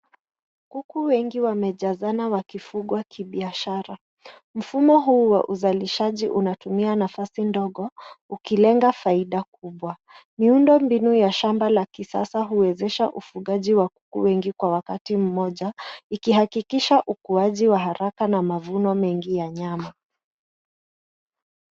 Kuku wengi wamejazana wakifugwa kibiashara. Mfumo huu wa uzalishaji unatumia nafasi ndogo ukilenge faida kubwa. Miundo mbinu ya shamba la kisasa huwezesha ufugaji wa kuku wengi kwa wakati mmoja ikihakikisha ukuaji wa haraka na mavuno mengi ya nyama.